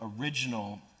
original